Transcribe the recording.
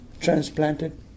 transplanted